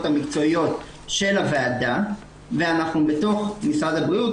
המקצועיות של הוועדה ואנחנו בתוך משרד הבריאות,